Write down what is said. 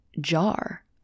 jar